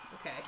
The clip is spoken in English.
okay